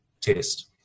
test